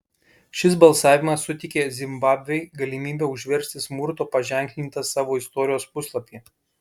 šis balsavimas suteikė zimbabvei galimybę užversti smurto paženklintą savo istorijos puslapį